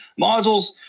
modules